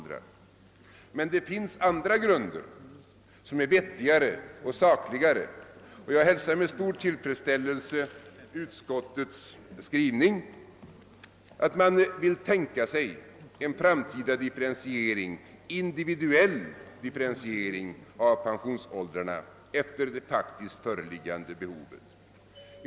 Det finns andra grunder som är vettigare och sakligare, och jag hälsar med stor tillfredsställelse utskottets skrivning att man tänker sig en framtida individuell differentiering av pensionsåldrarna efdet det faktiskt föreliggande behovet.